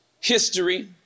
history